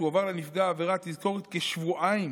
תועבר לנפגע עבירה תזכורת כשבועיים